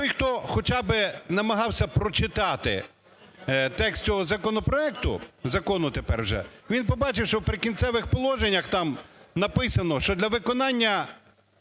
Той, хто хоча би намагався прочитати текст цього законопроекту, закону тепер вже, він побачив, що в Прикінцевих положеннях там написано, що для виконання